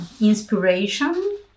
inspiration